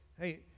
Hey